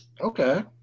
Okay